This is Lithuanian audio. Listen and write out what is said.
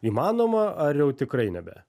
įmanoma ar jau tikrai nebe